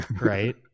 Right